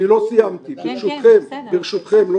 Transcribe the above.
אני לא סיימתי, ברשותכם.